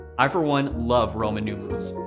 i for one love roman numerals.